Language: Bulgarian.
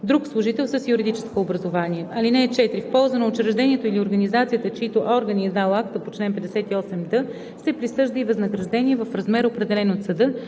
друг служител с юридическо образование. (4) В полза на учреждението или организацията, чиито орган е издал акта по чл. 58д, се присъжда и възнаграждение в размер, определен от съда,